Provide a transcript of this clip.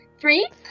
Three